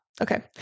Okay